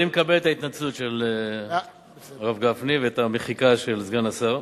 אני מקבל את ההתנצלות של הרב גפני ואת המחיקה של "סגן השר",